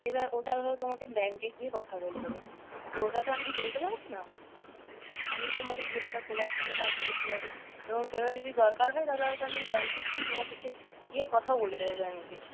এবার ওটা তোমাকে ব্যাঙ্কে গিয়ে কথা বলতে হবে তো ওটা তো আমি বলতে পারব না আমি তোমাকে গ্রুপটা খোলার জন্য সাহায্য করতে পারি এবং যদি দরকার হয় তাহলে হয়তো আমি ব্যাঙ্কে গিয়ে তোমার সাথে গিয়ে কথাও বলে দেবো ব্যাঙ্কে